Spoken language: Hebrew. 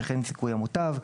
וכן זיכוי המוטב.